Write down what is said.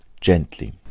Gently